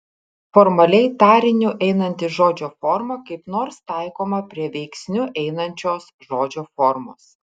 formaliai tariniu einanti žodžio forma kaip nors taikoma prie veiksniu einančios žodžio formos